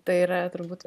tai yra turbūt